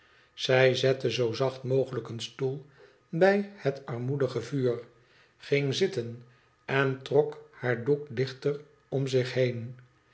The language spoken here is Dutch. zij zette zoo zacht mogelijk een stoel bij het armoedige vuur ging zitten en trok baar doek dichter om zich been